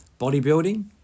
Bodybuilding